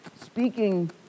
speaking